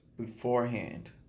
beforehand